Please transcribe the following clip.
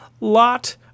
lot